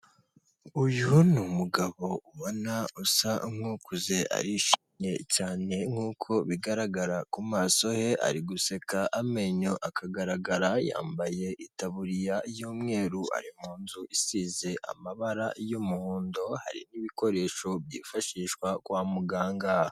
Uyu ni umugabo ubona usa nk'ukuze arishimye cyane nkuko bigaragara ku maso he ari guseka amenyo akagaragara, yambaye itaburiya y'umweru, ari mu nzu isize amabara y'umuhondo hari n'ibikoresho byifashishwa kwa muganga.